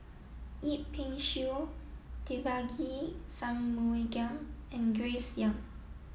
Yip Pin Xiu Devagi Sanmugam and Grace Young